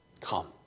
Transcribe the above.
Come